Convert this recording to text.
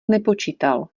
nepočítal